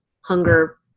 hunger